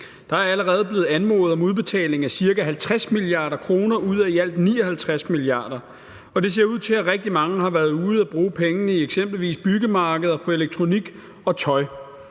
Der er allerede blevet anmodet om udbetaling af ca. 50 mia. kr. ud af i alt 59 mia. kr., og det ser ud til, at rigtig mange har været ude at bruge pengene i eksempelvis byggemarkeder, på elektronik og på tøj.